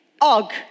Og